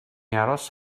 aros